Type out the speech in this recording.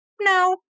No